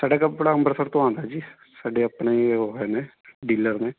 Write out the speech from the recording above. ਸਾਡਾ ਕੱਪੜਾ ਅੰਬਰਸਰ ਤੋਂ ਆਉਂਦਾ ਜੀ ਸਾਡੇ ਆਪਣੇ ਹੀ ਉਹ ਹੈ ਨੇ ਡੀਲਰ ਨੇ